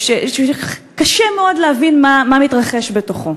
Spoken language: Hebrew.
וקשה מאוד להבין מה מתרחש בתוכו.